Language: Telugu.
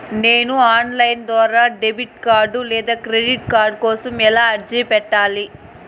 నేను ఆన్ లైను ద్వారా డెబిట్ కార్డు లేదా క్రెడిట్ కార్డు కోసం ఎలా అర్జీ పెట్టాలి?